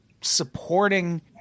supporting